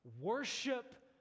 Worship